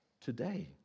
Today